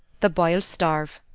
the boy'll starve.